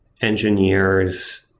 engineers